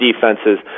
defenses